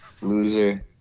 Loser